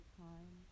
time